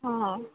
ಹಾಂ